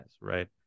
right